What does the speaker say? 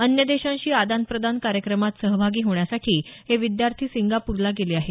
अन्य देशांशी आदान प्रदान कार्यक्रमात सहभागी होण्यासाठी हे विद्यार्थी सिंगापूरला गेले आहेत